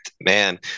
man